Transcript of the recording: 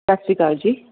ਸਤਿ ਸ਼੍ਰੀ ਅਕਾਲ ਜੀ